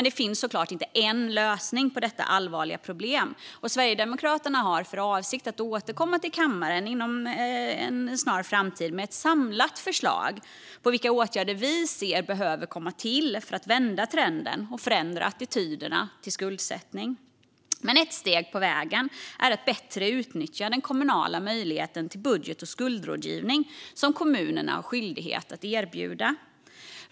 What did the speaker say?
Det finns så klart inte en enda lösning på detta allvarliga problem, och Sverigedemokraterna har för avsikt att inom en snar framtid återkomma till kammaren med ett samlat förslag på vilka åtgärder vi ser behöver komma till för att vända trenden och förändra attityderna till skuldsättning. Ett steg på vägen är att bättre utnyttja den kommunala budget och skuldrådgivningen, som kommunerna har skyldighet att erbjuda.